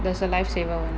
there's a lifesaver [one]